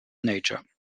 nature